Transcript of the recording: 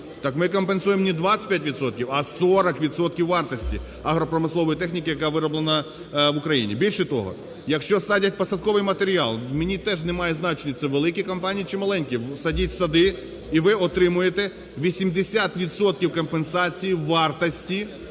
так ми компенсуємо не 25 відсотків, а 40 відсотків вартості агропромислової техніки, яка вироблена в Україні. Більше того, якщо садять посадковий матеріал, мені теж немає значення, це великі компанії чи маленькі, садіть сади, і ви отримуєте 80 відсотків компенсації вартості